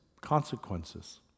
consequences